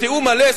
בתיאום מלא.